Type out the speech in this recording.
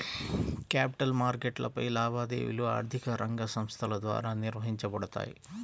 capital మార్కెట్లపై లావాదేవీలు ఆర్థిక రంగ సంస్థల ద్వారా నిర్వహించబడతాయి